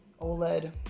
OLED